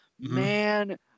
man